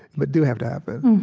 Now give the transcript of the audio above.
but do have to happen